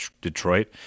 Detroit